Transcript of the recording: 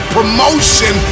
Promotion